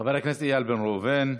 חבר הכנסת איל בן ראובן,